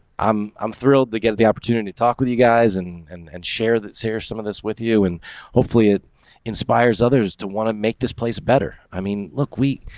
i'm i'm thrilled to get the opportunity to talk with you guys and and and share that's here's some of this with you and hopefully it inspires others to want to make this place better. i mean, look weak.